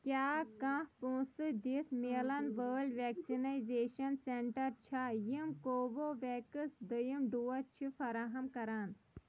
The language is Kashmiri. کیٛاہ کانٛہہ پونٛسہٕ دِتھ میلن وٲلۍ ویکسِنایزین سینٹر چھا یِم کووَو ویٚکٕس دٔیِم ڈوز چھِ فراہَم کران